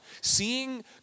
Seeing